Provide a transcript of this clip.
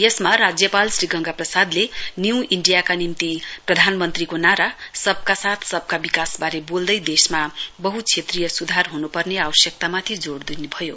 यसमा राज्यपाल श्री गंगा प्रसादले न्यू इण्डियाका निम्ति प्रधानमन्त्रीको नारा सबका साथ सबका विकासबारे बोल्दै देशमा बहुक्षेत्रीय सुधार हुनुपर्ने आवश्यकतामाथि जोड दिनुभयो